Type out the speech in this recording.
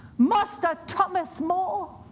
master thomas more,